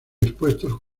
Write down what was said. expuestos